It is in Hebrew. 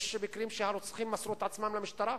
יש מקרים שהרוצחים מסרו את עצמם למשטרה.